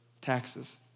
taxes